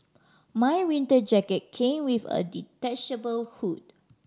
my winter jacket came with a detachable hood